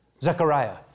Zechariah